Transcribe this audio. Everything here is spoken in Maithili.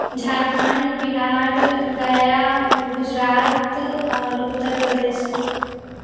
झारखण्ड बिहार गया गुजरात आओर उत्तर प्रदेश